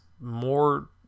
more